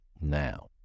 Now